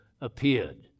appeared